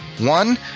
One